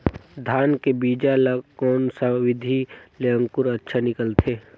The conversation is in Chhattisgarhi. धान के बीजा ला कोन सा विधि ले अंकुर अच्छा निकलथे?